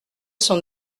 sont